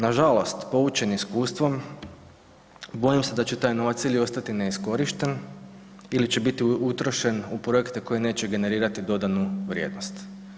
Nažalost, poučeni iskustvom, bojim se da će taj novac ili ostati neiskorišten ili će biti utrošen u projekte koji neće generirati dodanu vrijednost.